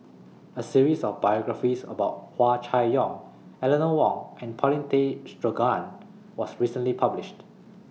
A series of biographies about Hua Chai Yong Eleanor Wong and Paulin Tay Straughan was recently published